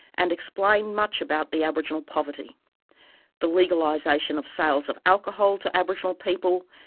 and explain much about the aboriginal poverty the legalisation of sales of alcohol to aboriginal people,